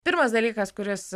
pirmas dalykas kuris